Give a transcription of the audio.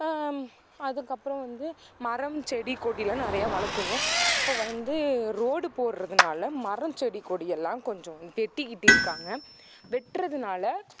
அதுக்கப்புறம் வந்து மரம் செடி கொடிலாம் நிறையா வளர்க்கணும் இப்போ வந்து ரோடு போடுறதுனால மரம் செடி கொடியெல்லாம் கொஞ்சம் வெட்டிக்கிட்டு இருக்காங்க வெட்டுறதுனால